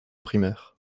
primaire